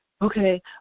Okay